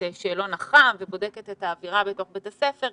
שאלון אח"מ ובודקת את האווירה בתוך בית הספר,